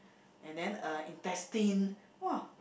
and then uh intestine !wah!